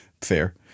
Fair